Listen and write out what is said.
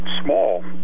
small